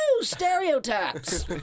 stereotypes